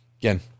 again